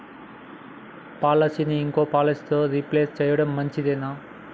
పాలసీని ఇంకో పాలసీతో రీప్లేస్ చేయడం మంచిదేనా?